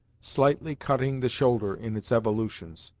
slightly cutting the shoulder in its evolutions.